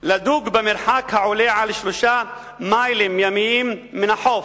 לדוג במרחק העולה על 3 מיילים ימיים מן החוף.